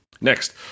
Next